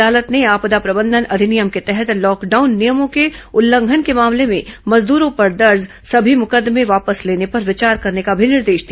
अदालत ने आपदा प्रबंधन अधिनियम के तहत लॉकडाउन नियमों के उल्लंघन के मामले में मजदूरों पर दर्ज सभी मुकद्दमें वापस लेने पर विचार करने का भी निर्देश दिया